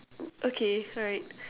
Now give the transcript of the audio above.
okay alright